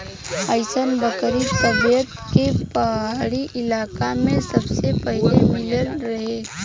अइसन बकरी तिब्बत के पहाड़ी इलाका में सबसे पहिले मिलल रहे